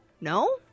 No